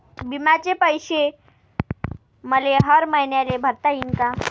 बिम्याचे पैसे मले हर मईन्याले भरता येईन का?